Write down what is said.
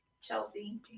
Chelsea